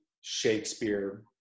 Shakespeare